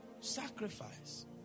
sacrifice